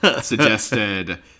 suggested